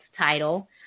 title